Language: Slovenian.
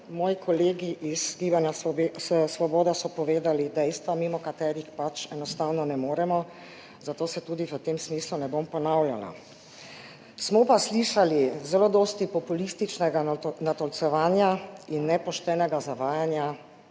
Moji kolegi iz Gibanja Svoboda so povedali dejstva, mimo katerih pač enostavno ne moremo, zato se tudi v tem smislu ne bom ponavljala. Smo pa slišali zelo veliko populističnega natolcevanja in nepoštenega zavajanja